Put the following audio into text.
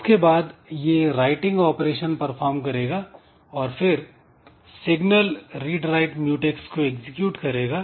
इसके बाद यह राइटिंग ऑपरेशन परफॉर्म करेगा और फिर सिग्नल "रीड राइट म्यूटैक्स" को एग्जीक्यूट करेगा